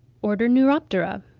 order, neuroptera.